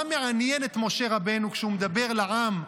מה מעניין את משה רבנו כשהוא מדבר לעם,